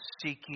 seeking